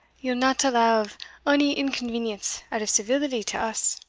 ye'll not allow of ony inconvenience, out of civility to us.